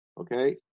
okay